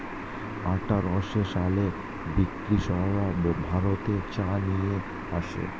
আঠারোশো সালে ব্রিটিশরা ভারতে চা নিয়ে আসে